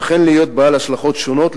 ואכן להיות בעל השלכות שונות,